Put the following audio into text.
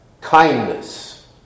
kindness